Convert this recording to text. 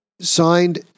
signed